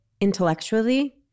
intellectually